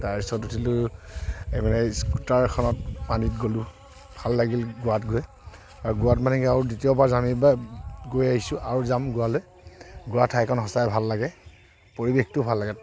তাৰপিছত উঠিলোঁ এপিনে স্কুটাৰ এখনত পানীত গ'লোঁ ভাল লাগিল গোৱাত গৈ আৰু গোৱাত মানে কি আৰু দ্বিতীয়বাৰ যাম এইবাৰ গৈ আহিছোঁ আৰু যাম গোৱালৈ গোৱা ঠাইখন সঁচাই ভাল লাগে পৰিৱেশটো ভাল লাগে